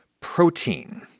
protein